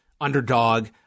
underdog